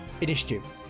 Initiative